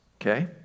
okay